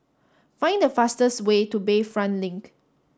find the fastest way to Bayfront Link